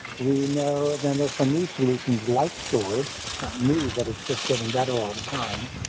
we know, then there's some new solutions, like storage new, but it's just getting better all the time